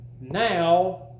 now